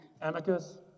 Amicus